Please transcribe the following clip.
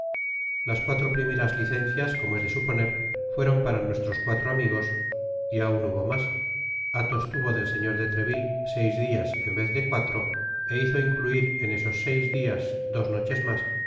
las cuatro primeras licencias como es de suponer fueron para nuestros cuatro amigos y aun hubo mas athos obtuvo del señor de treville seis dias en vez de cuatro é hizo incluir en esos seis dias d jboches mas